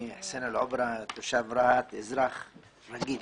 אני תושב רהט, אזרח רגיל.